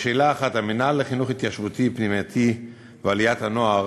1. המינהל לחינוך התיישבותי פנימייתי ועליית הנוער